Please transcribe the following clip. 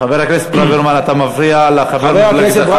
חבר הכנסת ברוורמן, אתה מפריע לחבר מפלגתך.